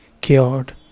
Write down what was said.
cured